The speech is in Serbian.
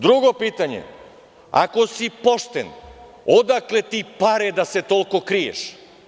Drugo pitanje, ako si pošten, odakle ti pare da se toliko kriješ?